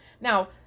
now